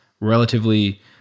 relatively